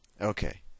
Okay